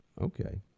Okay